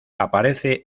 aparece